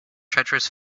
treacherous